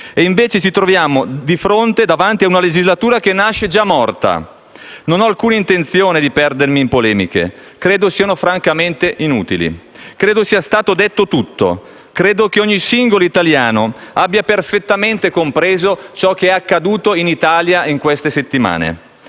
e, invece, ci troviamo davanti una legislatura che nasce già morta. Non ho alcuna intenzione di perdermi in polemiche: credo siano francamente inutili. Credo sia stato detto tutto; credo che ogni singolo italiano abbia perfettamente compreso ciò che è accaduto in Italia in queste settimane.